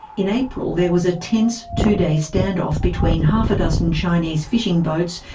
in april there was a tense two-day standoff between half a dozen chinese fishing boats,